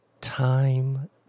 time